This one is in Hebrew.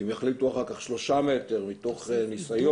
אם יחליטו אחר כך שזה 3 מטר מתוך ניסיון,